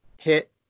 hit